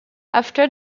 after